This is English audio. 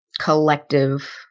collective